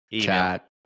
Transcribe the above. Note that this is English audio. chat